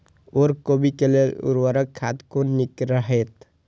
ओर कोबी के लेल उर्वरक खाद कोन नीक रहैत?